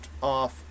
off